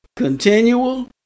Continual